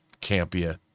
Campia